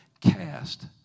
cast